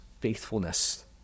faithfulness